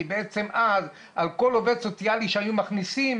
כי על כל עובד סוציאלי שהיינו מכניסים,